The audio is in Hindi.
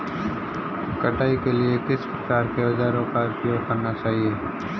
कटाई के लिए किस प्रकार के औज़ारों का उपयोग करना चाहिए?